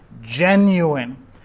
genuine